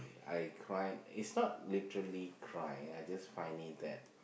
I cried it's not literally cry I just find it that